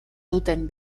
duten